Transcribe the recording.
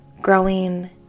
growing